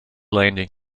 landing